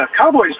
Cowboys